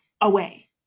away